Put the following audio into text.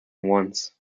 once